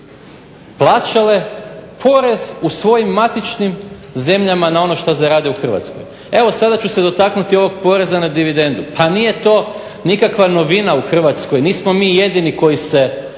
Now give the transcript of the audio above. plaćale porez u svojim matičnim zemljama na ono što zarade u Hrvatskoj. Evo sada ću se dotaknuti ovog poreza na dividendu. Pa nije to nikakva novina u Hrvatskoj, nismo mi jedini koji bi